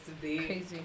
Crazy